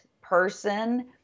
person